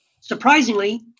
surprisingly